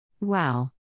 Wow